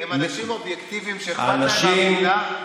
הם אנשים אובייקטיביים שאכפת להם מהמדינה?